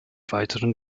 weiteren